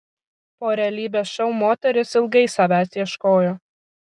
po realybės šou moteris ilgai savęs ieškojo